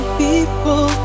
people